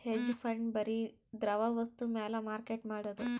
hedge fund ಬರಿ ದ್ರವ ವಸ್ತು ಮ್ಯಾಲ ಮಾರ್ಕೆಟ್ ಮಾಡೋದು